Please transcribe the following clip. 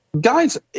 Guys